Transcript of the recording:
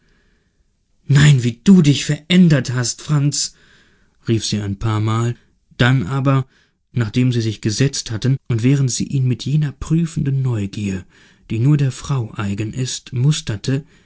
nein wie du dich verändert hast franz rief sie ein paar mal dann aber nachdem sie sich gesetzt hatten und während sie ihn mit jener prüfenden neugier die nur der frau eigen ist musterte